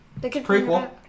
Prequel